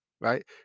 Right